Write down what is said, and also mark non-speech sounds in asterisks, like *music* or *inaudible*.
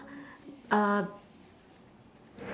*breath* uh